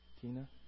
Tina